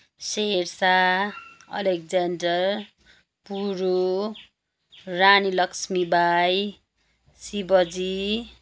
Sher Shah Alexander Puru Rani Lakshmibai Shivji